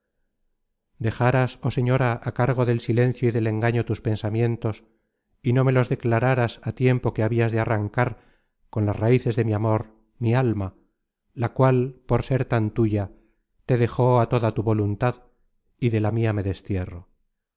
dejaras oh señora á cargo del silencio y del engaño tus pensamientos y no me los declararas á tiempo que habias de arrancar con las raíces de mi amor mi alma la cual por ser tan tuya te dejo a toda tu voluntad content from google book search generated at y de la mia me destierro